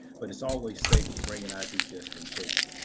but it's always safe to bring an id just in case.